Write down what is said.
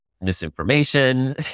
misinformation